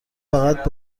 فقط